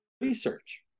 research